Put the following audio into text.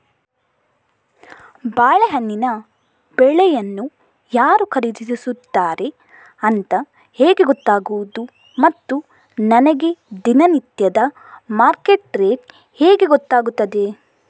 ಬಾಳೆಹಣ್ಣಿನ ಬೆಳೆಯನ್ನು ಯಾರು ಖರೀದಿಸುತ್ತಾರೆ ಅಂತ ಹೇಗೆ ಗೊತ್ತಾಗುವುದು ಮತ್ತು ನನಗೆ ದಿನನಿತ್ಯದ ಮಾರ್ಕೆಟ್ ರೇಟ್ ಹೇಗೆ ಗೊತ್ತಾಗುತ್ತದೆ?